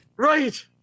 right